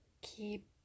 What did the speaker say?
keep